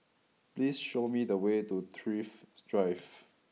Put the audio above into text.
please show me the way to Thrift Drive